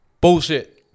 Bullshit